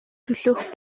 төлөөх